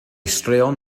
straeon